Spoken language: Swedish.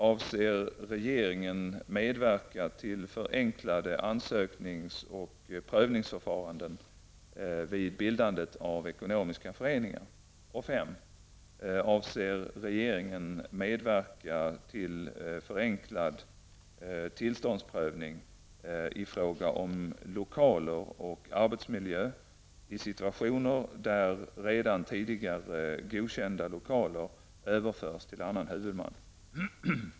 Avser regeringen medverka till förenklade ansöknings och prövningsförfaranden vid bildandet av ekonomiska föreningar? 5. Avser regeringen medverka till förenklad tillståndsprövning i fråga om lokaler och arbetsmiljö i situationer där redan tidigare godkända lokaler överförs till annan huvudman?